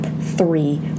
three